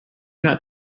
not